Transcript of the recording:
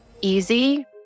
easy